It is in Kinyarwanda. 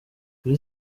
kuri